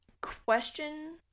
question